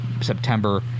September